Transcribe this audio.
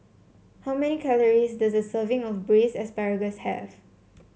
how many calories does a serving of Braised Asparagus have